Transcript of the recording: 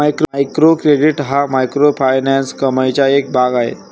micro credit हा microfinance कमाईचा एक भाग आहे